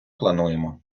плануємо